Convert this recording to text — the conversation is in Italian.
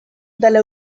dalle